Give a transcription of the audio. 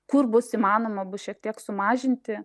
kur bus įmanoma bus šiek tiek sumažinti